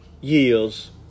years